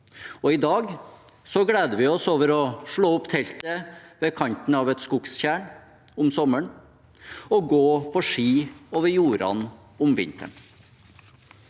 I dag gleder vi oss over å slå opp teltet ved kanten av et skogstjern om sommeren og gå på ski over jordene om vinteren.